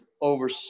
over